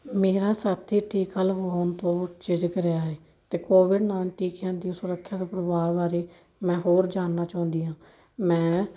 ਮੇਰਾ ਸਾਥੀ ਟੀਕਾ ਲਵਾਉਣ ਤੋਂ ਝਿਜਕ ਰਿਹਾ ਹੈ ਅਤੇ ਕੋਵਿਡ ਨਾਲ ਟੀਕਿਆਂ ਦੀ ਸੁਰੱਖਿਆ ਅਤੇ ਪ੍ਰਭਾਵ ਬਾਰੇ ਮੈਂ ਹੋਰ ਜਾਣਨਾ ਚਾਹੁੰਦੀ ਹਾਂ ਮੈਂ